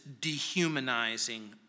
dehumanizing